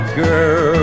girl